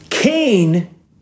Cain